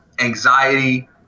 anxiety